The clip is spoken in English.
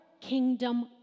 kingdom